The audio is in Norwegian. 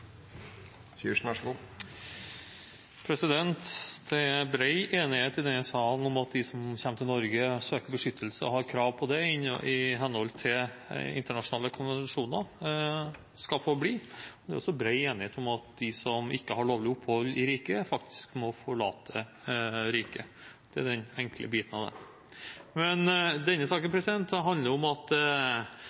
Norge og søker beskyttelse, og som har krav på det i henhold til internasjonale konvensjoner, skal få bli. Det er også bred enighet om at de som ikke har lovlig opphold i riket, faktisk må forlate riket. Det er den enkle biten av det. Denne saken handler om at